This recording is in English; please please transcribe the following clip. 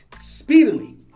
speedily